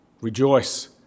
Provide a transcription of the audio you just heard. rejoice